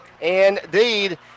indeed